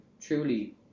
truly